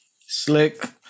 Slick